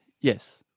Yes